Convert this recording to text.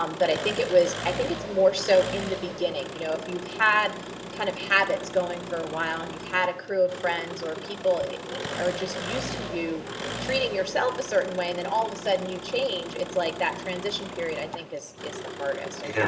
um but i think it was. i think it's more so in the beginning, you know, if you've had kind of habits going for a while and you've had a crew of friends or people are just used to you treating yourself a certain way and then all of a sudden you change, it's like that transition period i think is is the hardest. and yeah